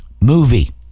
Movie